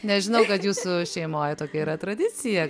nes žinau kad jūsų šeimoj tokia yra tradicija